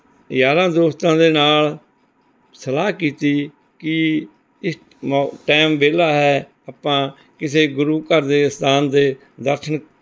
ਯਾਰਾਂ ਦੋਸਤਾਂ ਦੇ ਨਾਲ ਸਲਾਹ ਕੀਤੀ ਕਿ ਇ ਮੌ ਟਾਇਮ ਵਿਹਲਾ ਹੈ ਆਪਾਂ ਕਿਸੇ ਗੁਰੂ ਘਰ ਦੇ ਅਸਥਾਨ ਦੇ ਦਰਸ਼ਨ